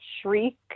shriek